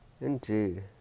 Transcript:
Indeed